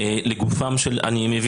אדוני, חשוב להגיב